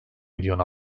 milyon